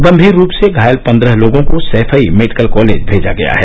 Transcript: गंभीर रूप से घायल पंद्रह लोगों को सैफई मेडिकल कॉलेज भेजा गया है